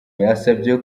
yasabye